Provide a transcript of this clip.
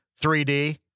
3D